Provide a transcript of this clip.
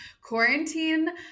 Quarantine